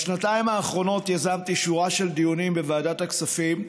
בשנתיים האחרונות יזמתי שורה של דיונים בוועדת הכספים,